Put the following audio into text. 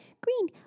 green